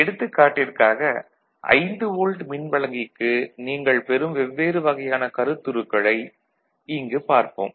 எடுத்துக்காட்டிற்காக 5 volt மின்வழங்கிக்கு நீங்கள் பெறும் வெவ்வேறு வகையான கருத்தருக்களை இங்கு பார்ப்போம்